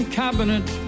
cabinet